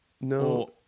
No